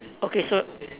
okay so